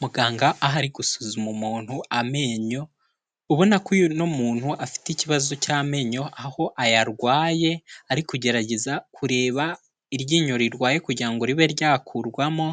Muganga ahari gusuzuma umuntu amenyo, ubona ko uyu ni umuntu afite ikibazo cy'amenyo aho ayarwaye, ari kugerageza kureba iryinyo rirwaye kugira ngo ribe ryakurwamo